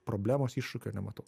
problemos iššūkio nematau